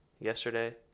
yesterday